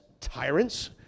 tyrants